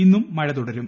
ഇന്നും മഴ തുടരും